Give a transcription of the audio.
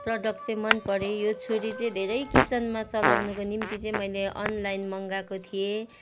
product चाहिँ मन पर्यो यो छुरी चाहिँ धेरै किचनमा चलाउनुको निम्ति चाहिँ मैले अनलाइन मगाएको थिएँ